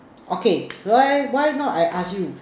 okay why why not I ask you